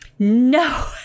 No